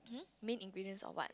main ingredients or what